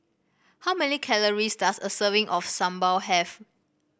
how many calories does a serving of sambal have